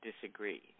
disagree